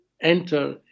enter